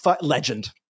legend